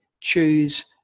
choose